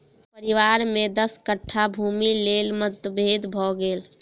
परिवार में दस कट्ठा भूमिक लेल मतभेद भ गेल